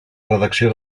redacció